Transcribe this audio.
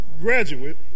graduate